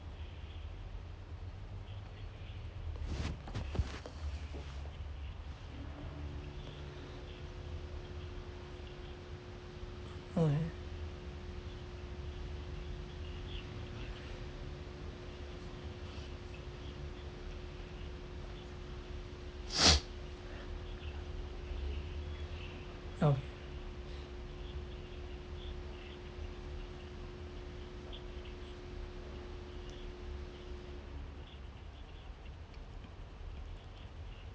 okay oh